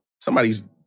Somebody's